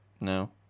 No